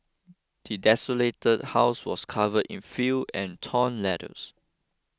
the desolated house was covered in fill and torn letters